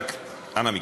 אנא מכם.